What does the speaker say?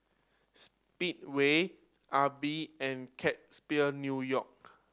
Speedway Aibi and Kate Spade New York